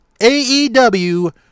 AEW